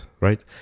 right